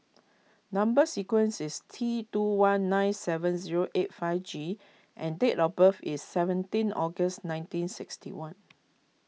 Number Sequence is T two one nine seven zero eight five G and date of birth is seventeen August ninteen sixty one